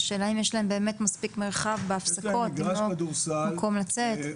השאלה היא אם יש להם באמת מספיק מרחב בהפסקות ומקום לצאת.